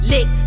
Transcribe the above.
Lick